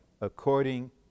according